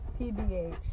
TBH